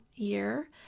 year